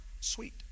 sweet